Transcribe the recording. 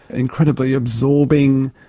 incredibly absorbing,